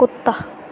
कुत्ता